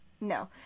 no